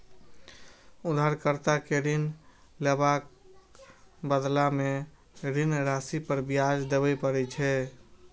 उधारकर्ता कें ऋण लेबाक बदला मे ऋण राशि पर ब्याज देबय पड़ै छै